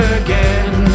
again